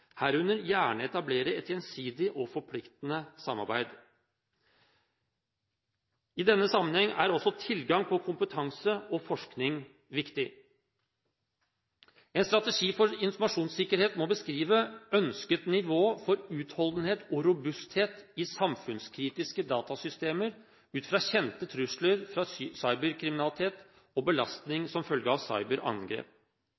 herunder gjerne etablere et gjensidig og forpliktende samarbeid. I denne sammenheng er også tilgang på kompetanse og forskning viktig. En strategi for informasjonssikkerhet må beskrive ønsket nivå for utholdenhet og robusthet i samfunnskritiske datasystemer ut fra kjente trusler fra cyberkriminalitet og